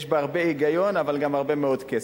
בה הרבה היגיון אבל גם הרבה מאוד כסף.